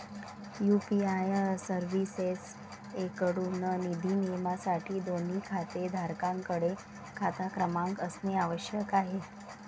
UPI सर्व्हिसेसएकडून निधी नियमनासाठी, दोन्ही खातेधारकांकडे खाता क्रमांक असणे आवश्यक आहे